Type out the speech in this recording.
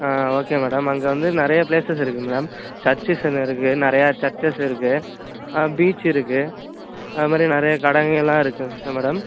ஆ okay madam அங்கே வந்து நிறையா ப்ளேஸஸ் இருக்கு மேடம் சர்ச்சஸ் ஒன்று இருக்கு நிறையா சர்ச்சஸ் இருக்கு பீச் இருக்கு அதுமாதிரி நிறைய கடைங்கல்லாம் இருக்குங்க மேடம்